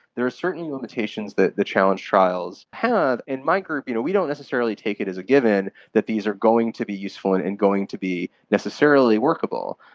there are certain limitations that the challenge trials have, and my group, you know we don't necessarily take it as a given that these are going to be useful and and going to be necessarily workable.